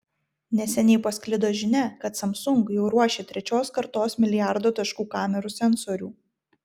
neseniai pasklido žinia kad samsung jau ruošia trečios kartos milijardo taškų kamerų sensorių